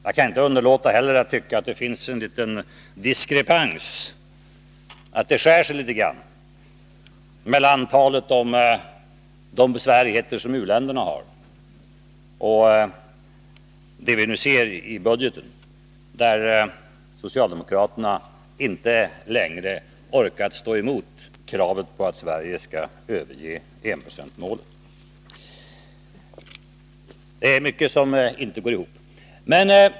Jag kan inte heller underlåta att tycka att det finns en liten diskrepans, att det skär sig litet grand mellan talet om de besvärligheter som u-länderna har och det vi nu ser i budgeten, där socialdemokraterna inte längre orkat stå emot kravet på att Sverige skall överge enprocentsmålet. Det är mycket som inte går ihop.